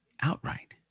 outright